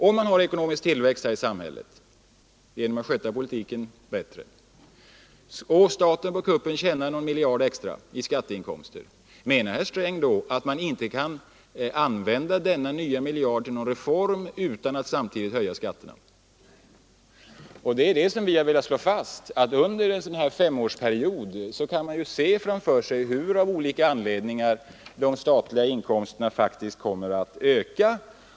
Om man genom att sköta politiken bättre får en ekonomisk tillväxt i samhället som gör att staten tjänar någon miljard extra i skatteinkomster, menar herr Sträng då att man inte kan använda denna miljard till någon reform utan att samtidigt höja skattesatserna? Vad vi har velat peka på är att man under en femårsperiod framför sig kan se hur de statliga inkomsterna av olika anledningar kommer att öka.